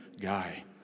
guy